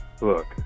look